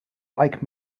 like